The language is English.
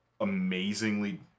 amazingly